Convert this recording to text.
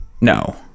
No